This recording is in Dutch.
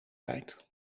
rijdt